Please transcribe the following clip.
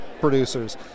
producers